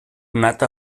nat